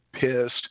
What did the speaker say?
pissed